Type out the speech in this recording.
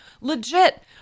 Legit